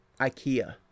Ikea